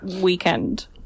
weekend